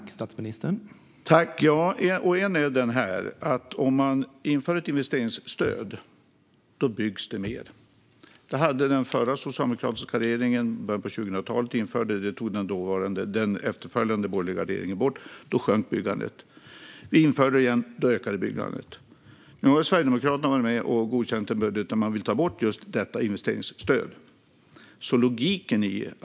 Herr talman! En är denna: Om man inför ett investeringsstöd byggs det mer. Det hade den förra socialdemokratiska regeringen i början på 2000-talet infört, och det togs bort av den efterföljande borgerliga regeringen. Då sjönk byggandet. Vi införde det igen - då ökade byggandet. Nu har Sverigedemokraterna varit med och godkänt en budget där man vill ta bort just detta investeringsstöd.